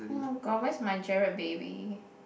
oh-my-god where is my Gerald baby